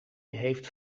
heeft